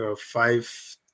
five